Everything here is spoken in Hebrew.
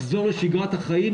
לחזור לשגרת החיים,